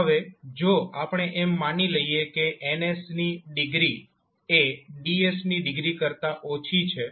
હવે જો આપણે એમ માની લઈએ કે N ની ડિગ્રી એ D ની ડિગ્રી કરતા ઓછી છે